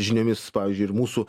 žiniomis pavyzdžiui ir mūsų